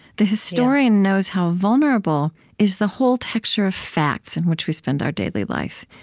the historian knows how vulnerable is the whole texture of facts in which we spend our daily life.